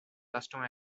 customer